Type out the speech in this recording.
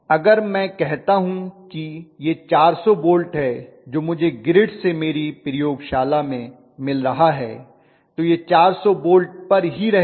अगर मैं कहता हूं कि यह 400 वोल्ट है जो मुझे ग्रिड से मेरी प्रयोगशाला में मिल रहा है तो यह 400 वोल्ट पर ही रहेगा